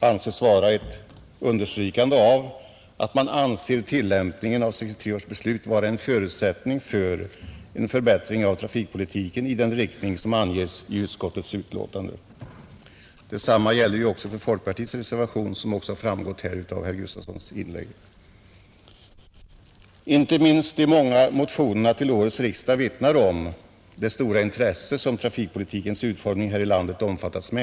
anses vara ett understrykande av att man anser tillämpningen av 1963 års beslut vara en förutsättning för en förbättring av trafikpolitiken i den riktning som anges i utskottets betänkande. Detsamma gäller också folkpartireservationen, vilket har framgått av herr Gustafsons i Göteborg inlägg. Inte minst de många motionerna till årets riksdag vittnar om det stora intresse som trafikpolitikens utformning här i landet omfattas med.